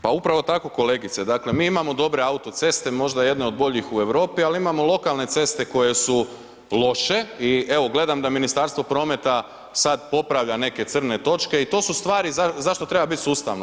Pa upravo tako kolegice, dakle mi imamo dobre autoceste, možda jedne od boljih u Europi, ali imamo lokalne ceste koje su loše i evo, gledam da Ministarstvo prometa sad popravlja neke crne točke i to su stvari zašto treba biti sustavno.